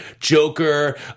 Joker